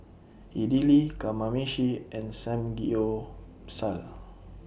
Idili Kamameshi and Samgyeopsal